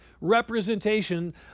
representation